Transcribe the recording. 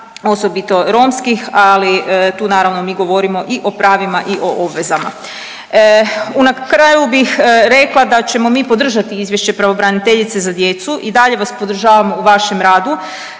osobito romskih, ali tu naravno mi govorimo i o pravima i o obvezama. Na kraju bih rekla da ćemo mi podržati izvješće pravobraniteljice za djecu i dalje vas podržavamo u vašem radu,